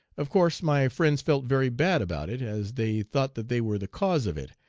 of course my friends felt very bad about it, as they thought that they were the cause of it,